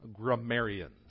grammarians